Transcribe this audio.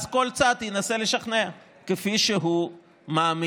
ואז כל צד ינסה לשכנע כפי שהוא מאמין.